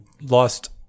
lost